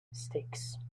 mistakes